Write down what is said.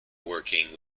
working